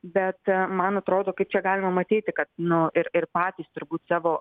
bet man atrodo kaip čia galima matyti kad nu ir ir patys turbūt savo